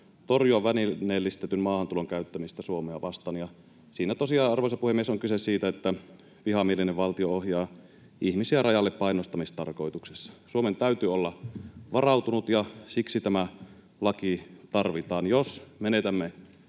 torjua välineellistetyn maahantulon käyttämistä Suomea vastaan, ja siinä tosiaan, arvoisa puhemies, on kyse siitä, että vihamielinen valtio ohjaa ihmisiä rajalle painostamistarkoituksessa. Suomen täytyy olla varautunut, ja siksi tämä laki tarvitaan. Jos menetämme